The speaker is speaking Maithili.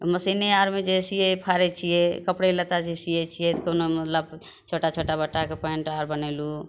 मशीने आरमे जे सीयै फाड़य छियै कपड़े लत्ता जे सीयै छियै कोनो मतलब छोटा छोटा बच्चाके पैंट आर बनैलहुँ